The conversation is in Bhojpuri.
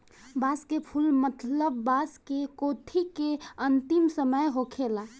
बांस के फुल मतलब बांस के कोठी के अंतिम समय होखेला